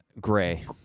Gray